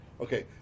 Okay